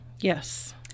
yes